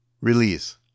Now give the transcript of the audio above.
Release